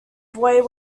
boy